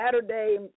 Saturday